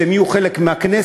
שהם יהיו חלק מהכנסת,